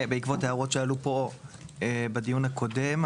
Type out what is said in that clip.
בעקבות הערות שעלו פה בדיון הקודם,